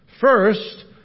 First